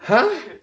!huh!